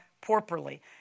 properly